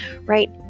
right